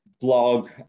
blog